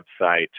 website